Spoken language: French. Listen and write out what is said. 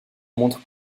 montre